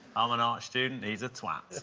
i'm an art student, he's a twat.